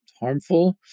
harmful